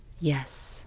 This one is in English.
yes